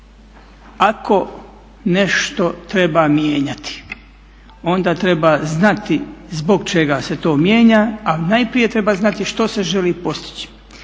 ako nešto treba mijenjati, onda treba znati zbog čega se to mijenja, a najprije treba znati što se želi postići.